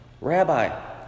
Rabbi